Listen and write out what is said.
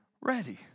ready